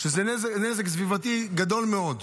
שזה נזק סביבתי גדול מאוד.